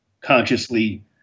consciously